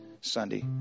Sunday